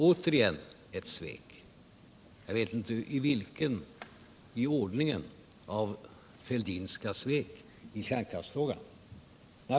Återigen ett svek — jag vet inte vilket i ordningen av Fälldinska svek i kärnkraftsfrågan.